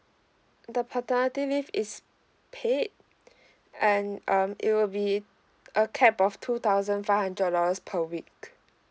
the paternity leave is paid and um it will be a cap of two thousand five hundred dollars per week